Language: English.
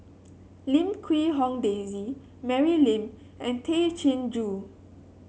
Lim Quee Hong Daisy Mary Lim and Tay Chin Joo